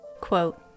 Quote